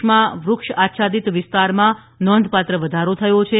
દેશમાં વુક્ષ આચ્છાદિત વિસ્તારમાં નોધપાત્ર વધારો થયો છે